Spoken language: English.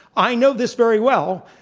i know this very well,